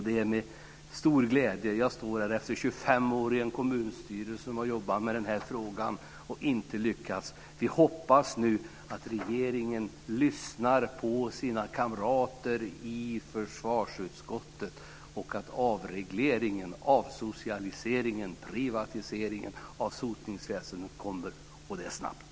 Det är med stor glädje jag står här efter att ha jobbat med denna fråga i 25 år i kommunstyrelsen utan att lyckas. Vi hoppas att regeringen lyssnar på sina kamrater i försvarsutskottet och att avregleringen, avsocialiseringen och privatiseringen av sotningsväsendet sker snabbt.